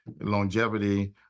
longevity